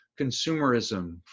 consumerism